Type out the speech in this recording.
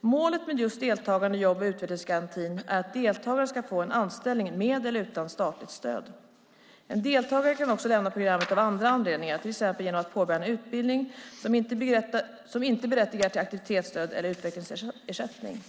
Målet med just deltagande i jobb och utvecklingsgarantin är att deltagaren ska få en anställning med eller utan statligt stöd. En deltagare kan också lämna programmet av andra anledningar, till exempel genom att påbörja en utbildning som inte berättigar till aktivitetsstöd eller utvecklingsersättning.